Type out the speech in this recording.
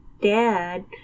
dad